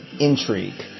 intrigue